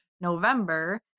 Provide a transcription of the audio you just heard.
November